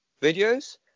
videos